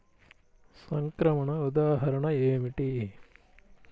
సంక్రమణ ఉదాహరణ ఏమిటి?